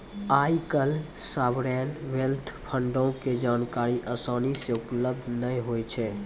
आइ काल्हि sovereign wealth फंडो के जानकारी असानी से उपलब्ध नै होय छै